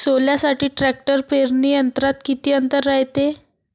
सोल्यासाठी ट्रॅक्टर पेरणी यंत्रात किती अंतर रायते?